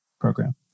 program